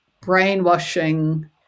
brainwashing